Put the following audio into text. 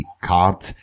card